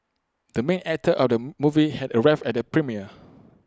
the main actor of the movie had arrived at the premiere